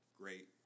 great